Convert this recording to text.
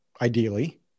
ideally